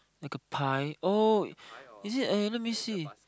like a pie oh is it a let me see